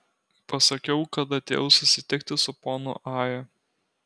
pasakiau kad atėjau susitikti su ponu aja